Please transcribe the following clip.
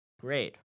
Great